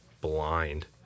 blind